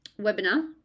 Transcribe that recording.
webinar